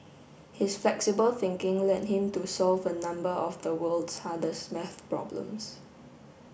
his flexible thinking led him to solve a number of the world's hardest maths problems